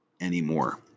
anymore